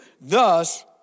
thus